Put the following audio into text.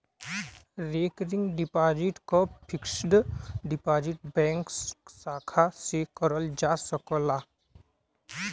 recurring deposit क fixed deposit bank शाखा से करल जा सकला